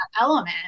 element